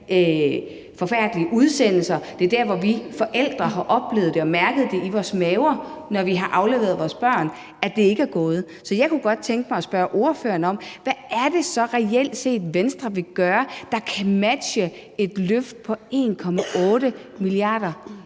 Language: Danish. forfærdelige udsendelser; det er der, hvor vi forældre har oplevet det og mærket i vores maver, når vi har afleveret vores børn, at det ikke er gået. Så jeg kunne godt tænke mig at spørge ordføreren om, hvad det reelt er, Venstre vil gøre, der kan matche et løft på 1,8 mia.